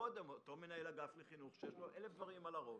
קודם מנהל אגף החינוך, שיש לו אלף דברים על הראש,